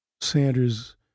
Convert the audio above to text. Sanders